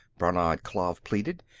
brannad klav pleaded.